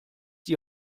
die